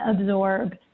absorb